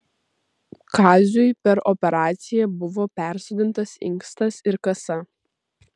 kaziui per operaciją buvo persodintas inkstas ir kasa